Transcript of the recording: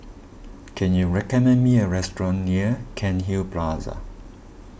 can you recommend me a restaurant near Cairnhill Plaza